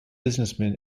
businessman